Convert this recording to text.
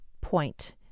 point